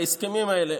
בהסכמים האלה,